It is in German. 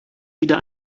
wieder